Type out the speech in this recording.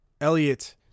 Elliot